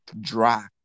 dry